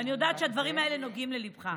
ואני יודעת שהדברים האלה נוגעים לליבך,